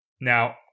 Now